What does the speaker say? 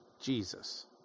Jesus